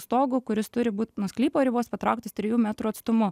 stogu kuris turi būt nuo sklypo ribos patrauktas trijų metrų atstumu